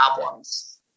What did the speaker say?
problems